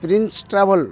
prince travel